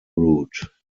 route